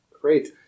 great